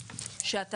פקודת התעבורה (מס' 120) (תיקון מס' 2),